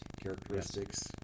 characteristics